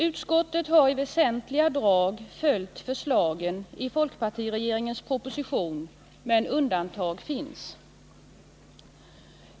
Utskottet har i väsentliga drag följt förslagen i folkpartiregeringens proposition, men undantag finns.